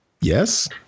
Yes